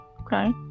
Okay